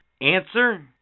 Answer